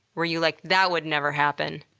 were you like, that would never happen?